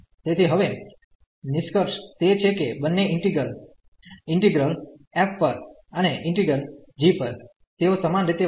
તેથી હવે નિષ્કર્ષ તે છે કે બન્ને ઈન્ટિગ્રેલ્સ ઈન્ટિગ્રલ f પર અને ઈન્ટિગ્રલ g પર તેઓ સમાન રીતે વર્તન કરે છે